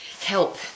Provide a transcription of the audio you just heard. Help